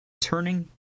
turning